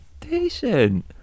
Decent